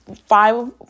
Five